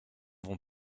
vont